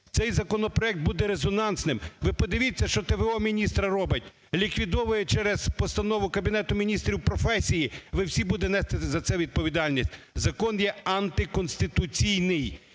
Цей законопроект буде резонансним. Ви подивіться, що т.в.о. міністра робить? Ліквідовує через постанову Кабінету Міністрів професії. Ви всі будете нести за це відповідальність. Закон є антиконституційний.